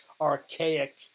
archaic